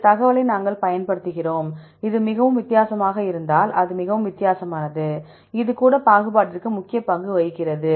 இந்த தகவலை நாங்கள் பயன்படுத்துகிறோம் இது மிகவும் வித்தியாசமாக இருந்தால் இது மிகவும் வித்தியாசமானது இது கூட பாகுபாட்டிற்கு முக்கிய பங்கு வகிக்கிறது